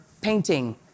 painting